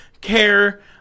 care